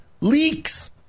Leaks